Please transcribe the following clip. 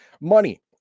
Money